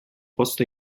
posto